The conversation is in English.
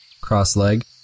cross-leg